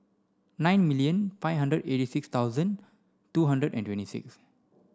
nine million five hundred eighty six thousand two hundred and twenty six